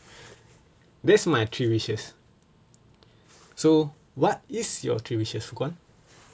these my three wishes so what is your three wishes furqan